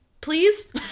please